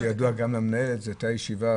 כפי שידוע גם למנהלת הוועדה,